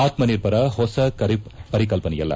ಆತ್ತ ನಿರ್ಭರ ಹೊಸ ಪರಿಕಲ್ಲನೆಯಲ್ಲ